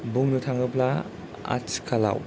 बुंनो थाङोब्ला आथिखालाव